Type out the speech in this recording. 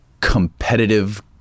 competitive